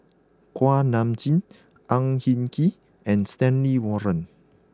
Kuak Nam Jin Ang Hin Kee and Stanley Warren